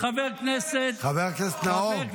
חבר הכנסת נאור,